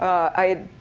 i had,